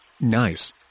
nice